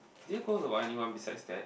did you go to anyone besides that